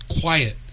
quiet